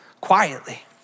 quietly